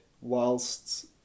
Whilst